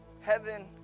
heaven